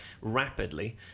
rapidly